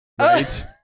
right